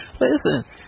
listen